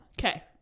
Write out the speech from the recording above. Okay